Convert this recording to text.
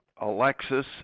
Alexis